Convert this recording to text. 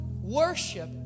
worship